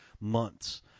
months